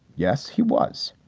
yes, he was.